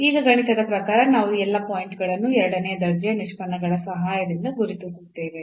ಈಗ ಗಣಿತದ ಪ್ರಕಾರ ನಾವು ಈ ಎಲ್ಲಾ ಪಾಯಿಂಟ್ ಗಳನ್ನು ಎರಡನೇ ದರ್ಜೆಯ ನಿಷ್ಪನ್ನಗಳ ಸಹಾಯದಿಂದ ಗುರುತಿಸುತ್ತೇವೆ